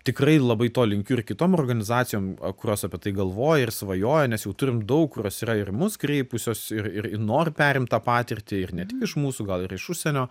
tikrai labai to linkiu ir kitom organizacijom kurios apie tai galvoja ir svajoja nes jau turim daug kurios yra ir į mus kreipusios ir ir nori perimt tą patirtį ir ne tik iš mūsų gal ir iš užsienio